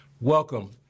Welcome